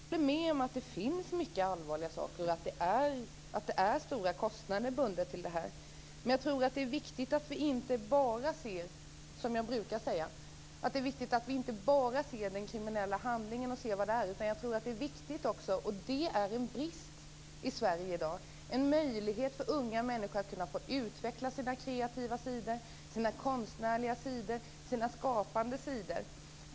Fru talman! Jag håller med om att det finns mycket allvarliga saker och att det är höga kostnader förbundna med det här. Men jag tror, som jag brukar säga, att det är viktigt att vi inte bara ser på den kriminella handlingen och vad den är. Jag tror att det också är viktigt - och det är en brist i Sverige i dag - med möjligheter för unga människor att få utveckla sina kreativa sidor, sina konstnärliga sidor, sina skapande sidor.